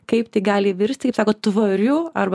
kaip tai gali virsti į taip sakot tvariu arba